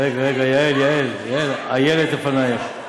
רגע, רגע, יעל, יעל, יעל, איילת לפנייך.